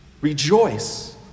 Rejoice